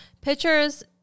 pictures